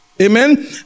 Amen